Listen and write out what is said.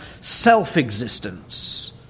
Self-existence